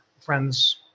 friends